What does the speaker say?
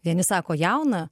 vieni sako jauną